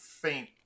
faint